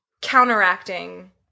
counteracting